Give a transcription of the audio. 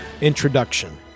introduction